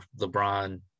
LeBron